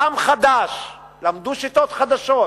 דם חדש, למדו שיטות חדשות,